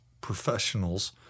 professionals